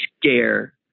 scare